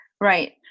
right